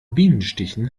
bienenstichen